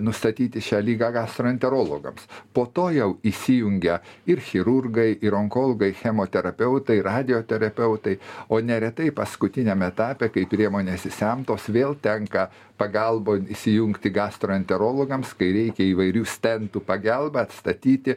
nustatyti šią ligą gastroenterologams po to jau įsijungia ir chirurgai ir onkologai chemoterapeutai radioterapeutai o neretai paskutiniam etape kai priemonės išsemtos vėl tenka pagalbon įsijungti gastroenterologams kai reikia įvairių stentų pagalba statyti